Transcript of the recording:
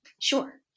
Sure